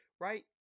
right